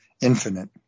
infinite